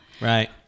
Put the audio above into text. Right